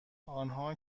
آنها